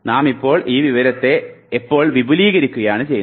നാം ഇപ്പോൾ ആ വിവരത്തെ ഇപ്പോൾ വിപുലീകരിക്കുകയാണ് ചെയ്യുന്നത്